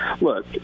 Look